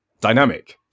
dynamic